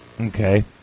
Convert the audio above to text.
Okay